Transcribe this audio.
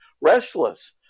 restless